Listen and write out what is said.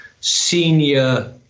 senior